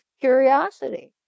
curiosity